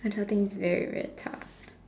I don't think it's very very tough